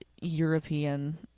European